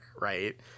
right